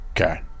Okay